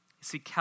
see